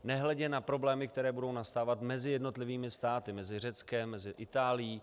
Nehledě na problémy, které budou nastávat mezi jednotlivými státy, mezi Řeckem, mezi Itálií.